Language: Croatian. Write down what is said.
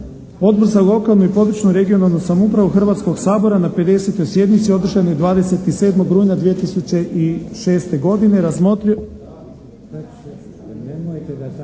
Odbor za lokalnu i područnu (regionalnu) samoupravu Hrvatskog sabora na 50. sjednici održanoj 27. rujna 2006. godine razmotrio